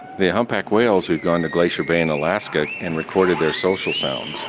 the humpback whales, we've gone to glacier bay in alaska and recorded their social sounds,